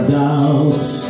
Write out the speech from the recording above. doubts